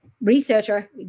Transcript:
researcher